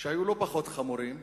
שהיו לא פחות חמורים,